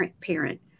parent